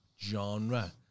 genre